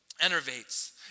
enervates